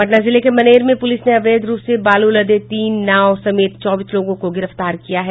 पटना जिले के मनेर में पुलिस ने अवैध रूप से बालू लदे तीन नाव समेत चौबीस लोगों को गिरफ्तार किया है